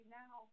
now